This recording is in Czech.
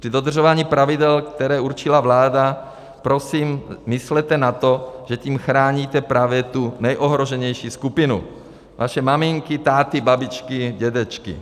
Při dodržování pravidel, které určila vláda, prosím myslete na to, že tím chráníte právě tu nejohroženější skupinu své maminky, táty, babičky, dědečky.